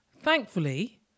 Thankfully